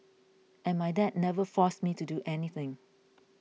and my dad never forced me to do anything